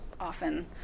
often